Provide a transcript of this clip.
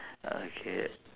okay